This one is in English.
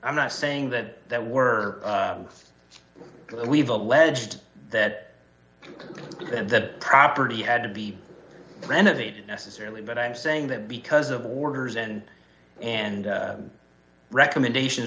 i'm not saying that that were both we've alleged that that property had to be renovated necessarily but i'm saying that because of orders and and recommendations